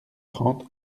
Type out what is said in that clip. trente